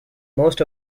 most